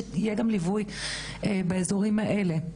שיהיה גם ליווי באזורים האלה.